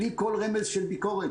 בלי כל רמז של ביקורת.